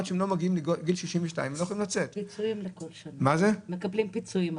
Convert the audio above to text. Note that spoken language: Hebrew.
עד שהן לא מגיעות לגיל 62. מקבלים פיצויים.